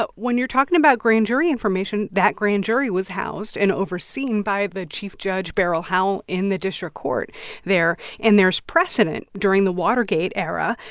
but when you're talking about grand jury information, that grand jury was housed and overseen by the chief judge beryl howell in the district court there. and there's precedent during the watergate era.